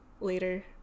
later